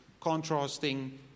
contrasting